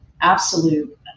absolute